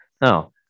No